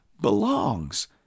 belongs